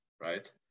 right